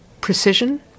precision